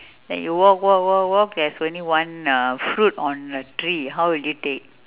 then you walk walk walk walk there's only one uh fruit on the tree how will you take